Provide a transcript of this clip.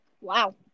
Wow